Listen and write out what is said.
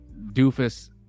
doofus